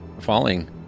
falling